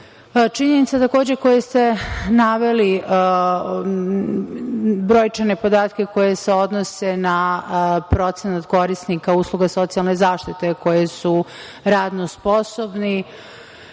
periodu. Činjenica takođe koje ste naveli - brojčane podatke koje se odnose na procenat korisnika usluga socijalne zaštite koji su radno sposobni